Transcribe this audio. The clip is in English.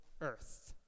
earth